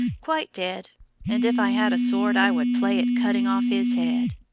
quite dead and if i had a sword i would play at cutting off his head.